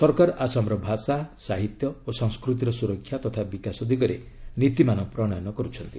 ସରକାର ଆସାମର ଭାଷା ସାହିତ୍ୟ ଓ ସଂସ୍କୃତିର ସୁରକ୍ଷା ତଥା ବିକାଶ ଦିଗରେ ନୀତିମାନ ପ୍ରଣୟନ କରୁଛନ୍ତି